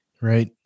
Right